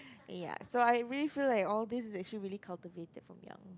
ya so I really feel like all these relation really cultivated from young